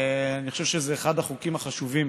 אני חושב שזה אחד החוקים החשובים